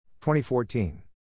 2014